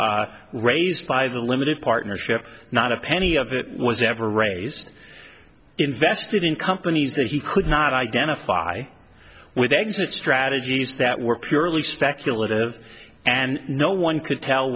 and raised by the limited partnership not a penny of it was ever raised invested in companies that he could not identify with exit strategies that were purely speculative and no one could tell